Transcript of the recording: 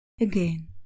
again